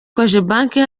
cogebanque